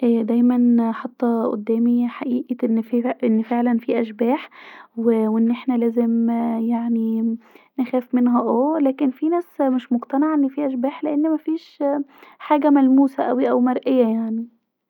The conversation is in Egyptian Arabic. دايما حاطه قدامي حقيقه ان في فعلا أن فعلا في اشباح في وان احنا لازم يعني نخاف منها اه لاكن في ناس مش مقتنعه أن في فعلا أشباح لأن مفيش حاجه ملموسه اوي أو مرئيه يعني